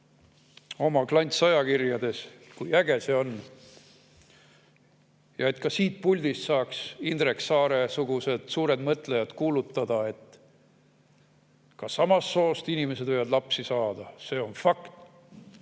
oma klantsajakirjades, kui äge see on. Ja et ka siit puldist saaks Indrek Saare sugused suured mõtlejad kuulutada, et ka samast soost inimesed võivad lapsi saada, see on fakt.